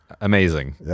amazing